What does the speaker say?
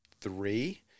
three